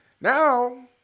Now